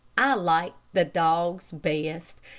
i liked the dogs best,